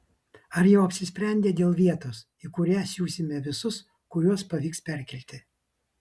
ar jau apsisprendei dėl vietos į kurią siusime visus kuriuos pavyks perkelti